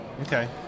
Okay